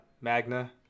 magna